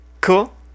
Cool